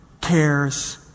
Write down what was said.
cares